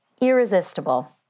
Irresistible